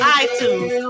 iTunes